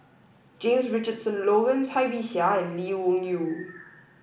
James Richardson Logan Cai Bixia and Lee Wung Yew